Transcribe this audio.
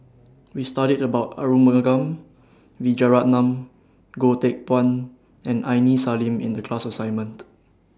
We studied about Arumugam Vijiaratnam Goh Teck Phuan and Aini Salim in The class assignment